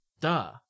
Duh